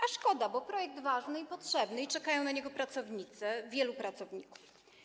A szkoda, bo to projekt ważny i potrzebny i czekają na niego pracownicy, wielu pracowników.